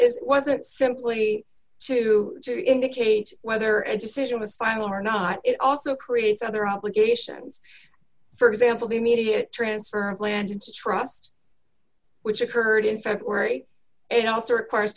is wasn't simply to indicate whether it decision was finally or not it also creates other obligations for example the immediate transfer land instructs which occurred in february and also requires